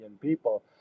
people